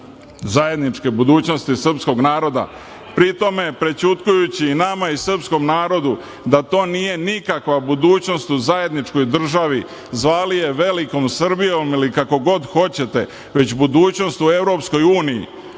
zajedničke budućnosti srpskog naroda. Pri tome prećutkujući i nama i srpskom narodu da to nije nikakva budućnost u zajedničkoj državi zvali je velikom Srbijom ili kako god hoćete već budućnost u Evropskoj Uniji. Ova